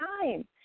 time